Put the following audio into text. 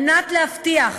על מנת להבטיח